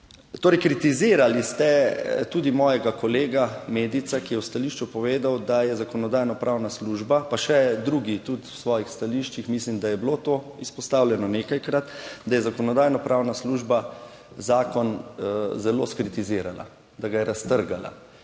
torej kritizirali ste tudi mojega kolega Medica, ki je v stališču povedal, da je Zakonodajno-pravna služba, pa še drugi tudi v svojih stališčih, mislim, da je bilo to izpostavljeno nekajkrat, da je Zakonodajno-pravna služba zakon zelo skritizirala, da ga je raztrgala.